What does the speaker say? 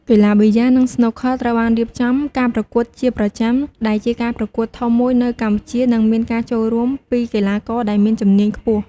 កីឡាប៊ីយ៉ា និងស្នូកឃ័រត្រូវបានរៀបចំការប្រកួតជាប្រចាំ ដែលជាការប្រកួតធំមួយនៅកម្ពុជា និងមានការចូលរួមពីកីឡាករដែលមានជំនាញខ្ពស់។